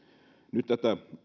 nyt tätä